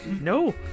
no